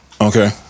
Okay